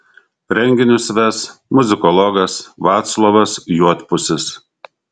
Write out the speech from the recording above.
renginius ves muzikologas vaclovas juodpusis